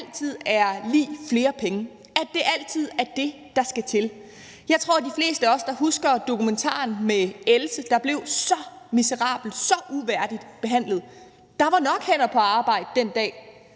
at velfærd altid er lig flere penge; at det altid er det, der skal til. Jeg tror, de fleste af os husker dokumentaren med Else, der blev så miserabelt, så uværdigt behandlet. Der var nok hænder på arbejde den dag,